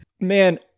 Man